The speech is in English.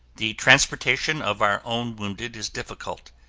the transportation of our own wounded is difficult.